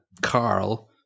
Carl